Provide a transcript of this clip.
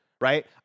right